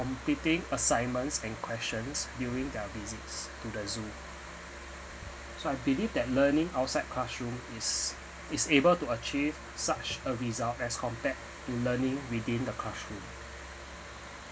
completing assignments and questions during their visits to the zoo so I believe that learning outside classroom is is able to achieve such a result as compared to learning within the classroom